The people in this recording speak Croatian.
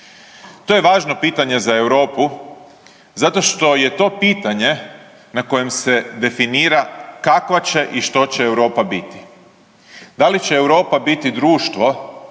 To je važno pitanje za Europu zato što je to pitanje na kojem se definira kakva će i što će Europa biti. Da li će Europa biti društvo